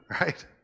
right